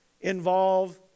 involve